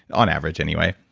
on average anyway,